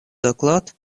доклад